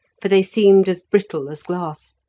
for they seemed as brittle as glass,